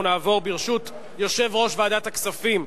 אנחנו נעבור, ברשות יושב-ראש ועדת הכספים,